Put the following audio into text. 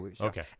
Okay